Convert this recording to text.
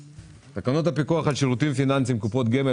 תקנות הפיקוח על שירותים פיננסיים (קופות גמל)